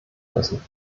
müssen